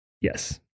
Yes